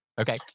Okay